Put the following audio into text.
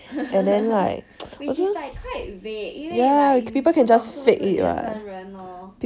which is like quite vague 因为 like you 不懂是不是你真人 lor